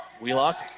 Wheelock